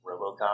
RoboCop